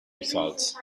results